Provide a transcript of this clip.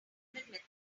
enhancement